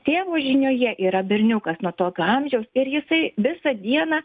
tėvo žinioje yra berniukas nuo tokio amžiaus ir jisai visą dieną